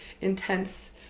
intense